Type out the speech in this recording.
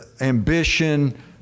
ambition